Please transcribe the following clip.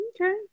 okay